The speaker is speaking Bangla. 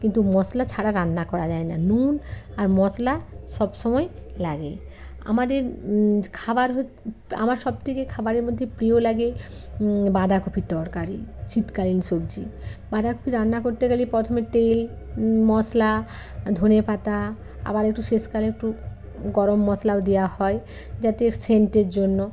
কিন্তু মশলা ছাড়া রান্না করা যায় না নুন আর মশলা সব সময় লাগে আমাদের খাবার হচ আমার সবথেকে খাবারের মধ্যে প্রিয় লাগে বাঁদাকপির তরকারি শীতকালীন সবজি বাঁধাকপি রান্না করতে গেলে প্রথোমে তেল মশলা ধনে পাতা আবার একটু শেষকালে একটু গরম মশলাও দেওয়া হয় যাতে সেন্টের জন্য